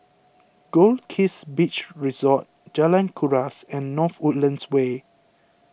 Goldkist Beach Resort Jalan Kuras and North Woodlands Way